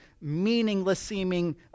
meaningless-seeming